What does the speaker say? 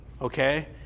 Okay